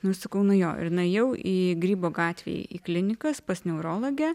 nu ir sakau nu jo ir nuėjau į grybo gatvėj į klinikas pas neurologę